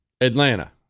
Atlanta